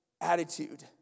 attitude